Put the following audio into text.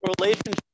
relationship